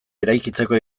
eraikitzeko